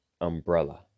umbrella